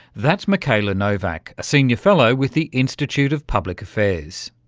that's mikayla novak, a senior fellow with the institute of public affairs.